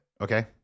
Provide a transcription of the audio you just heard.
okay